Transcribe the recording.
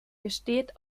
besteht